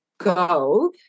go